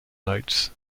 notes